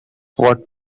what